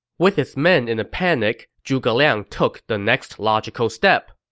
with his men in a panic, zhuge liang took the next logical step.